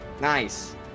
Nice